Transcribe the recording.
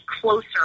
closer